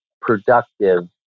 productive